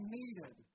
needed